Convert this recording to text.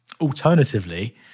Alternatively